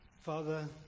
Father